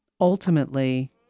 ultimately